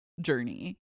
journey